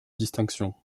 distinction